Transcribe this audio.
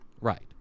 Right